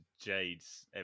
jades